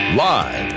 live